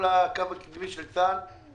כל הקו הקדמי של צבא הגנה לישראל.